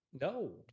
No